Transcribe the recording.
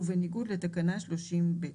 ובניגוד לתקנה 30ב."